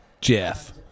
Jeff